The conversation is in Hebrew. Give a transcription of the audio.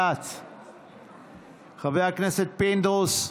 חבר הכנסת פינדרוס,